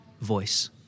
voice